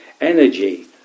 Energy